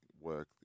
work